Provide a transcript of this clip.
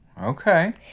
Okay